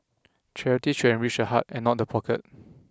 charity should enrich the heart and not the pocket